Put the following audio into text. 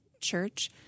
church